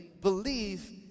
believe